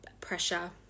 pressure